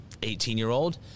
18-year-old